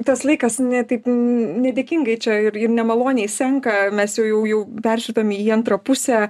tas laikas ne taip nedėkingai čia ir ir nemaloniai senka mes jau jau persiritom į antrą pusę